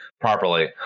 properly